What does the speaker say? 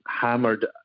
hammered